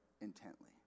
intently